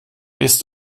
ist